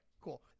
cool